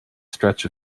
stretch